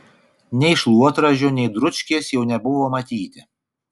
nei šluotražio nei dručkės jau nebuvo matyti